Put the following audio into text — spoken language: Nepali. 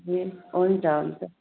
ए हुन्छ हुन्छ